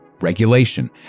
regulation